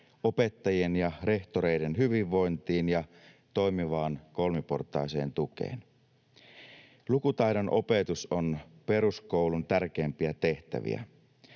opettajien ja rehtoreiden hyvinvointiin ja toimivaan kolmiportaiseen tukeen. Lukutaidon opetus on peruskoulun tärkeimpiä tehtäviä.